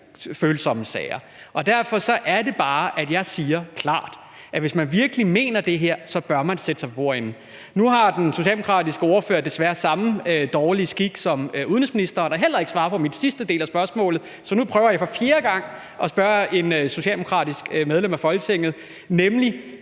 følsomme sager. Derfor er det bare, jeg siger klart, at hvis man virkelig mener det her, bør man sætte sig for bordenden. Nu har den socialdemokratiske ordfører desværre samme dårlige skik som udenrigsministeren og svarer heller ikke på min sidste del af spørgsmålet, så nu prøver jeg for fjerde gang at spørge et socialdemokratisk medlem af Folketinget om,